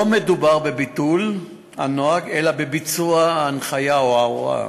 כי לא מדובר בביטול הנוהג אלא בביצוע ההנחיה או ההוראה